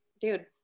dude